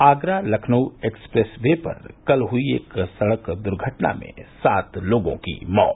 Agra Lucknow expressway पर कल हुई एक सड़क दुर्घटना में सात लोगों की मौत